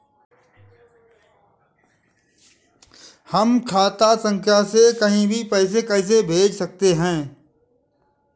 हम खाता संख्या से कहीं भी पैसे कैसे भेज सकते हैं?